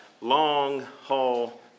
long-haul